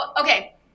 okay